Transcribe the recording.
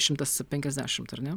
šimtas penkiasdešimt ar ne